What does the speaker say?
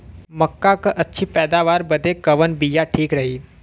मक्का क अच्छी पैदावार बदे कवन बिया ठीक रही?